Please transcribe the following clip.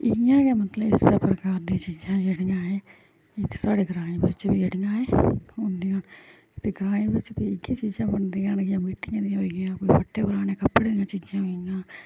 इ'यां गै मतलब इस्सै प्रकर दियां चीजां जेह्ड़ियां एह् साढ़े ग्रांऽ बेच्च बी जेह्ड़ियां एह् होदियां न ते ग्राएं बिच्च ते इ'यै चीजां बनदियां न कि कोई मिट्टी दियां होई गेइयां कोई फट्टे पराने कपड़े दियां चीजां होई गेइयां